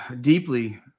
deeply